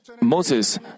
Moses